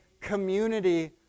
community